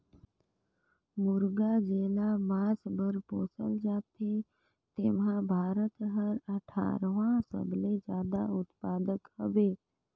मुरगा जेला मांस बर पोसल जाथे तेम्हे भारत हर अठारहवां सबले जादा उत्पादक हवे